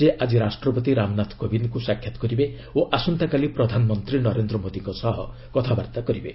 ସେ ଆଜି ରାଷ୍ଟ୍ରପତି ରାମନାଥ କୋବିନ୍ଦ୍ଙ୍କୁ ସାକ୍ଷାତ୍ କରିବେ ଓ ଆସନ୍ତାକାଲି ପ୍ରଧାନମନ୍ତ୍ରୀ ନରେନ୍ଦ୍ର ମୋଦିଙ୍କ ସହ କଥାବାର୍ତ୍ତା କରିବେ